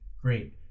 Great